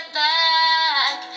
back